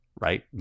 Right